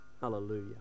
Hallelujah